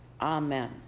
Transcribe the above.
Amen